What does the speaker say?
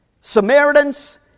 Samaritans